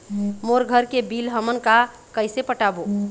मोर घर के बिल हमन का कइसे पटाबो?